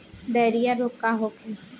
Diarrhoea रोग का होखे?